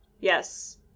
Yes